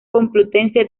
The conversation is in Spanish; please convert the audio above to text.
complutense